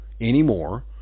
anymore